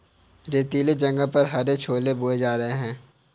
रेतीले जगह पर हरे छोले बोए जा सकते हैं